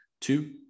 Two